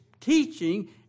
teaching